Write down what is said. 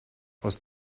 aus